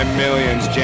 millions